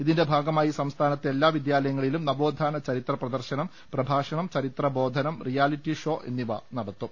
ഇതിന്റെ ഭാഗമായി സംസ്ഥാനത്ത് എല്ലാ വിദ്യാലയങ്ങളിലും നവോത്ഥാന ചരിത്ര പ്രദർശനം പ്രഭാഷണം ചരിത്രബോധനം റിയാ ലിറ്റി ഷോ എന്നിവ നടത്തും